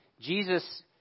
Jesus